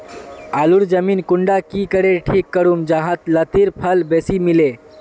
आलूर जमीन कुंडा की करे ठीक करूम जाहा लात्तिर फल बेसी मिले?